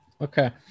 Okay